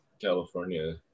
california